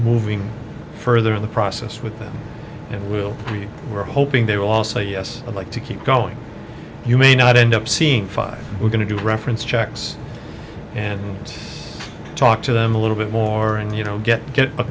moving further in the process with them and we'll we're hoping they will all say yes i'd like to keep going you may not end up seeing five we're going to do reference check yes and talk to them a little bit more and you know get get a